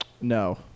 No